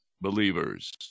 believers